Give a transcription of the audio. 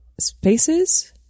spaces